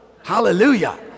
hallelujah